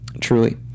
Truly